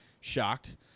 shocked